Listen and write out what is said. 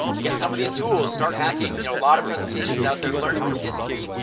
get some of these tools. start hacking. you know a lot of presentations out there. learning from history.